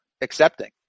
accepting